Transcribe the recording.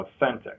authentic